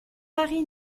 marie